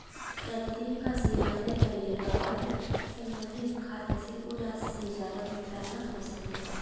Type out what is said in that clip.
प्रतिदिन क सीमा तय कइले क बाद सम्बंधित खाता से उ राशि से जादा भुगतान न हो सकला